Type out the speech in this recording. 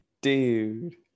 Dude